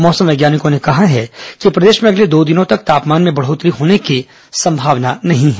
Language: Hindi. मौसम वैज्ञानिकों ने कहा है कि प्रदेश में अगले दो दिनों तक तापमान में बढ़ोत्तरी होने की संभावना नहीं है